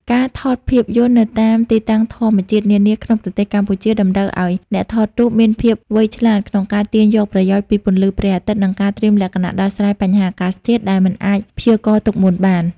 ការថតភាពយន្តនៅតាមទីតាំងធម្មជាតិនានាក្នុងប្រទេសកម្ពុជា តម្រូវឱ្យអ្នកថតរូបមានភាពវៃឆ្លាតក្នុងការទាញយកប្រយោជន៍ពីពន្លឺព្រះអាទិត្យ និងការត្រៀមលក្ខណៈដោះស្រាយបញ្ហាអាកាសធាតុដែលមិនអាចព្យាករណ៍ទុកមុនបាន។